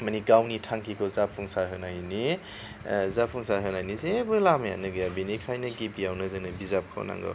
माने गावनि थांखिखौ जाफुंसार होनायनि जाफुंसारहोनायनि जेबो लामायानो गैया बेनिखायनो गिबियावनो जोंनो बिजाबखौ नांगौ